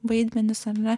vaidmenis o ne